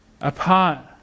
apart